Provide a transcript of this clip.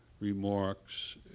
remarks